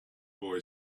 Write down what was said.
boy